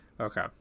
okay